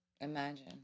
Imagine